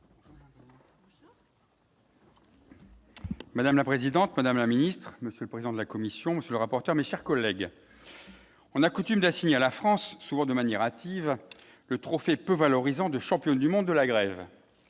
Madame la présidente, Madame la Ministre, Monsieur le président de la Commission, monsieur le rapporteur, mes chers collègues, on a coutume d'assigner à la France, souvent de manière hâtive, le trophée peu valorisant de championne du monde de la grève,